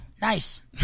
Nice